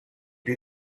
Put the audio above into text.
più